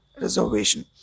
reservation